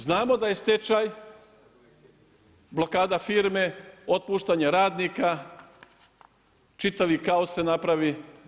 Znamo da je stečaj blokada firme, otpuštanja radnika, čitavi kaos se napravi.